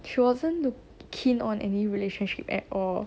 she wasn't too keen on any relationship at all